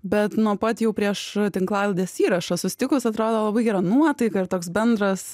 bet nuo pat jau prieš tinklalaidės įrašą susitikus atrodo labai gera nuotaika ir toks bendras